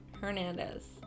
Hernandez